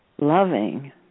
loving